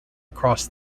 across